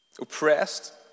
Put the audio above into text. Oppressed